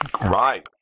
Right